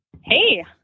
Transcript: Hey